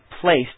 placed